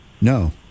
No